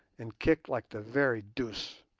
and kicked like the very deuce.